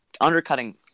undercutting